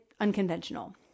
unconventional